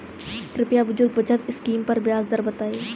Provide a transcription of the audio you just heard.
कृपया बुजुर्ग बचत स्किम पर ब्याज दर बताई